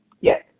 Yes